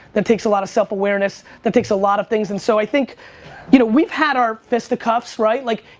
that thinks a lot of self awareness, that thinks a lot of things and so i think you know we had our fistacuffs right like,